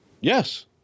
Yes